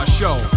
show